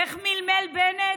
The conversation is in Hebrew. איך מלמל בנט?